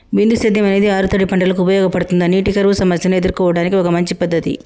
బిందు సేద్యం అనేది ఆరుతడి పంటలకు ఉపయోగపడుతుందా నీటి కరువు సమస్యను ఎదుర్కోవడానికి ఒక మంచి పద్ధతి?